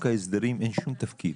לחוק ההסדרים אין שום תפקיד.